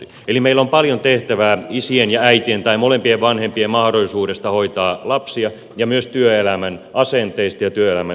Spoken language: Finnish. meillä on paljon tehtävää isien ja äitien tai molempien vanhempien mahdollisuudessa hoitaa lapsia ja myös työelämän asenteissa ja työelämän tasa arvossa